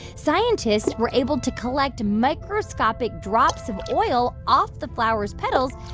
scientists were able to collect microscopic drops of oil off the flower's petals.